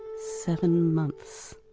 seven months.